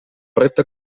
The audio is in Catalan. repte